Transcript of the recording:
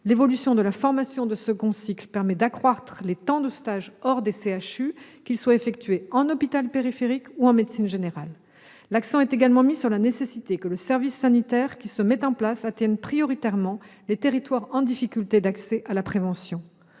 L'évolution de la formation de second cycle permet d'accroître les temps de stage hors des CHU, qu'ils soient effectués en hôpital périphérique ou en médecine générale. L'accent est également mis sur la nécessité que le service sanitaire qui se met en place atteigne prioritairement les territoires en difficulté d'accès à la prévention.